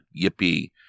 Yippee